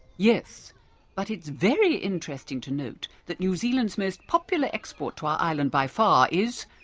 yes but it's very interesting to note that new zealand's most popular export to our island by far is,